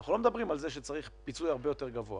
אנחנו לא מדברים על זה שצריך פיצוי הרבה יותר גבוה,